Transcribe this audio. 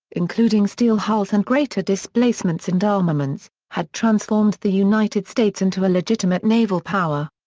including steel hulls and greater displacements and armaments, had transformed the united states into a legitimate naval power.